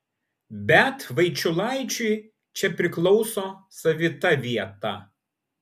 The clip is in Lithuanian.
bet vaičiulaičiui čia priklauso savita vieta